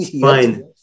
fine